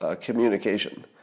Communication